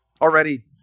already